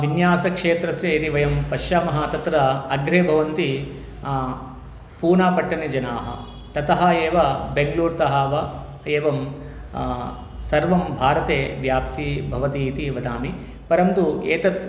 विन्यासक्षेत्रस्य यदि वयं पश्यामः तत्र अग्रे भवन्ति पूनापट्टणजनाः ततः एव बेन्ग्लूर्तः वा एवं सर्वं भारते व्याप्तिः भवति इति वदामि परन्तु एतत्